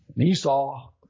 Esau